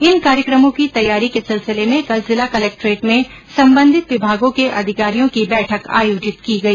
इन कार्यक्रमों की तैयारी के सिलसिले में कल जिला कलेक्ट्रेट में सम्बंधित विभागों के अधिकारियों की बैठक आयोजित की गई